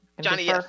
Johnny